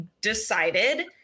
decided